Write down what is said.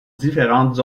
différentes